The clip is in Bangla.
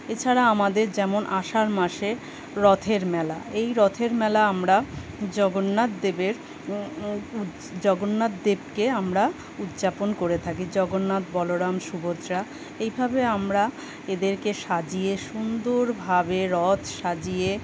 এছাড়া আমাদের যেমন আষাঢ় মাসে রথের মেলা এই রথের মেলা আমরা জগন্নাথদেবের জগন্নাথদেবকে আমরা উদযাপন করে থাকি জগন্নাথ বলরাম সুভদ্রা এইভাবে আমরা এদেরকে সাজিয়ে সুন্দরভাবে রথ সাজিয়ে